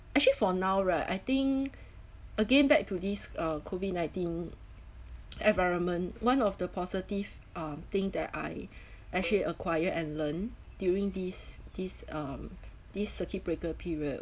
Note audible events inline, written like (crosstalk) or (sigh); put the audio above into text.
actually for now right I think again back to this uh COVID nineteen (noise) environment one of the positive um thing that I (breath) actually acquire and learn during this this um this circuit breaker period